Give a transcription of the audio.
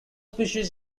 species